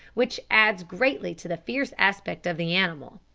which adds greatly to the fierce aspect of the animal.